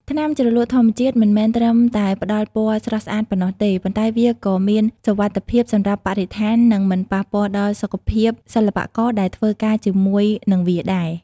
ថ្នាំជ្រលក់ធម្មជាតិមិនមែនត្រឹមតែផ្តល់ពណ៌ស្រស់ស្អាតប៉ុណ្ណោះទេ ប៉ុន្តែវាក៏មានសុវត្ថិភាពសម្រាប់បរិស្ថាននិងមិនប៉ះពាល់ដល់សុខភាពសិល្បករដែលធ្វើការជាមួយនឹងវាដែរ។